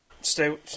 Stay